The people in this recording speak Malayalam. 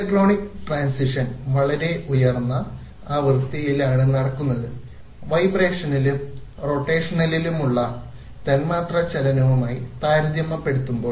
ഇലക്ട്രോണിക് ട്രാൻസിഷൻ വളരെ ഉയർന്ന ആവൃത്തിയിലാണ് നടക്കുന്നത് വൈബ്രേഷനിലും റൊട്ടേഷനിലുമുള്ള ഇലക്ട്രോണിക് തന്മാത്ര ചലനവുമായി താരതമ്യപ്പെടുത്തുമ്പോൾ